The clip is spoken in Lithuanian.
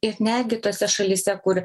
ir netgi tose šalyse kur